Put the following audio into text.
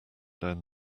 down